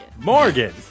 Morgan